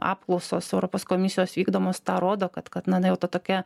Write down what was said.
apklausos europos komisijos vykdomos tą rodo kad kad na jau ta tokia